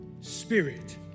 Spirit